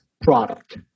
product